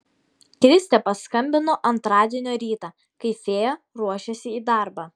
kristė paskambino antradienio rytą kai fėja ruošėsi į darbą